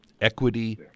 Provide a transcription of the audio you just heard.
equity